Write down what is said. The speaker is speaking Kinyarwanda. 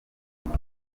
ubwo